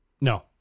No